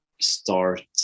start